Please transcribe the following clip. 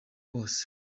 bose